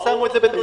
הם שמו בתוכניות.